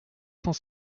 cent